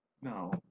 No